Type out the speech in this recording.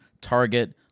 Target